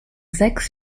sechs